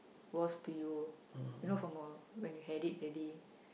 was to you you know from a when you had it already